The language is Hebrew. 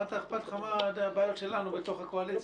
מה אכפת לך מה הבעיות שלנו בתוך הקואליציה.